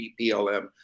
BPLM